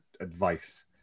advice